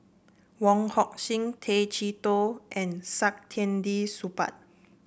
Wong Hock Sing Tay Chee Toh and Saktiandi Supaat